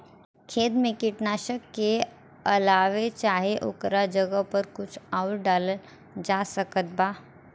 खेत मे कीटनाशक के अलावे चाहे ओकरा जगह पर कुछ आउर डालल जा सकत बा?